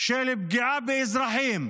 של פגיעה באזרחים,